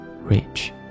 Rich